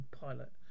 pilot